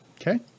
Okay